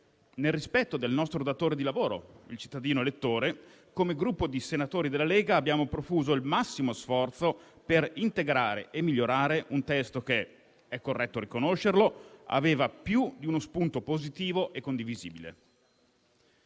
nel rispetto del nostro datore di lavoro - il cittadino elettore - come Gruppo di senatori della Lega abbiamo profuso il massimo sforzo per integrare e migliorare un testo che - è corretto riconoscerlo - aveva più di uno spunto positivo e condivisibile.